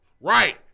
Right